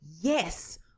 Yes